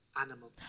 animal